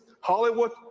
Hollywood